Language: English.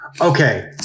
Okay